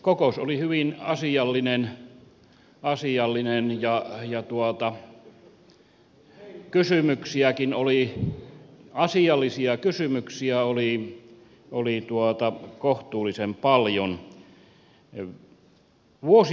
kokous oli hyvin asiallinen ja kysymyksiäkin oli asiallisia kysymyksiä oli kohtuullisen paljon